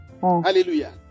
Hallelujah